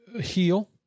heal